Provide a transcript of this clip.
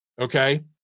okay